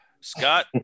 Scott